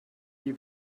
die